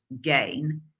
gain